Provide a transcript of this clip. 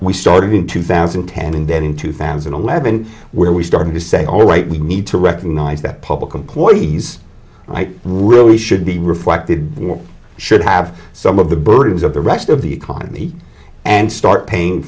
we started in two thousand and ten and then in two thousand and eleven where we started to say alright we need to recognize that public employees really should be reflected or should have some of the burdens of the rest of the economy and start paying